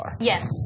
Yes